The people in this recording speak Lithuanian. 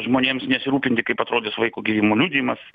žmonėms nesirūpinti kaip atrodys vaiko gimimo liudijimas